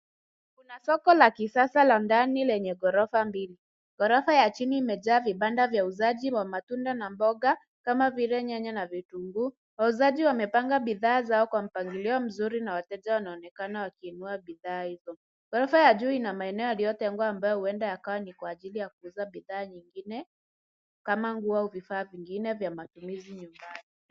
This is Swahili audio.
Soko la kisasa la ndani lenye gorofa mbili. Gorofa la chini lime jaa uuzaji wa matunda na mboga kama vile nyanya na vitunguu, wauzaji wame panga bidhaa vyao kwa mpangilio mzuri na wateja wana onekana waki inua bidhaa hivyo. Gorofa ya juu ina maeneo yailiotengwa ambayo huenda ni kwa ajili ya kuuza bidhaa nyingine kama nguo au vifaa vingine vya matumizi nyumbani.